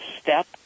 step